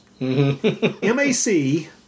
M-A-C